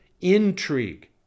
intrigue